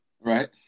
right